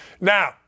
Now